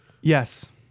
yes